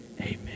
Amen